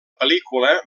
pel·lícula